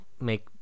make